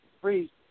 free